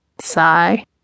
Sigh